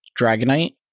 Dragonite